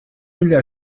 mila